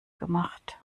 gemacht